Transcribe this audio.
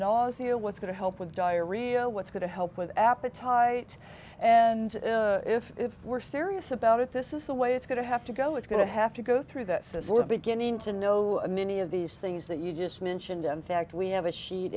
nausea what's going to help with diarrhea what's going to help with appetite and if if we're serious about it this is the way it's going to have to go it's going to have to go through this as we're beginning to know many of these things that you just mentioned in fact we have a she